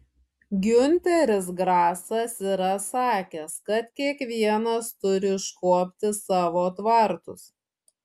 giunteris grasas yra sakęs kad kiekvienas turi iškuopti savo tvartus